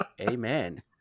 Amen